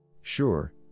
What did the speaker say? Sure